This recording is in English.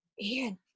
Ian